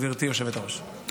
גברתי היושבת-ראש.